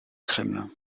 kremlin